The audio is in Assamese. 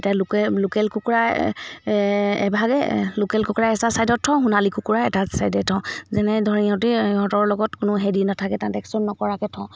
এটা লোকেল লোকেল কুকুৰা এভাগে লোকেল কুকুৰা এটা ছাইডত থওঁ সোণালী কুকুৰা এটা ছাইডে থওঁ যেনে ধৰ সিহঁতে ইহঁতৰ লগত কোনো হেৰি নাথাকে ততে একশ্যন নকৰাকৈ থওঁ